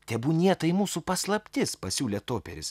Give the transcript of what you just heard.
tebūnie tai mūsų paslaptis pasiūlė toperis